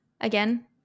again